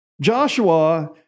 Joshua